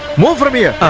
move from yeah